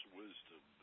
wisdom